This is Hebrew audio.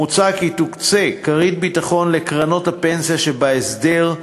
מוצע כי תוקצה כרית ביטחון לקרנות הפנסיה שבהסדר,